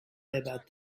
about